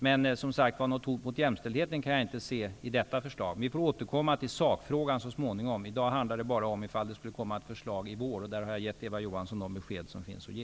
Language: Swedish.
Men något hot mot jämställdheten kan jag inte se i detta förslag. Vi får återkomma till sakfrågan så småningom. I dag handlar det enbart om huruvida det skall komma ett förslag i vår. Där har jag gett Eva Johansson de besked som finns att ge.